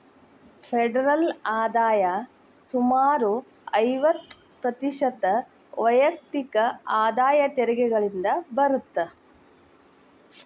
federal ಆದಾಯ ಸುಮಾರು ಐವತ್ತ ಪ್ರತಿಶತ ವೈಯಕ್ತಿಕ ಆದಾಯ ತೆರಿಗೆಗಳಿಂದ ಬರತ್ತ